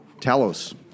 Talos